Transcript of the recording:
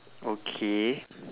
okay